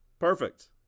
Perfect